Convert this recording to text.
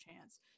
chance